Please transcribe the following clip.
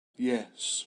yes